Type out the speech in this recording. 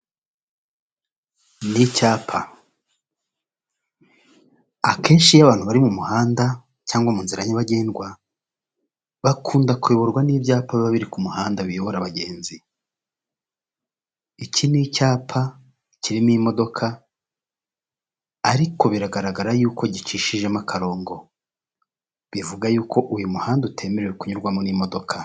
Ni icyapa, akenshi iyo abantu bari mu muhanda cyangwa mu nzira nyabagendwa, bakunda kuyoborwa n'ibyapa niba ku muhanda biyobora abagenzi, iki ni icyapa kirimo imodoka ariko biragaragara yuko gicishijemo akarongo, bivuga yuko uyu muhanda utemerewe kunyurwamo n'imodoka.